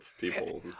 people